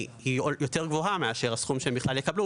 גבוהה יותר מהסכום שהם יקבלו,